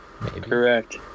Correct